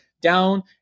down